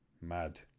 Mad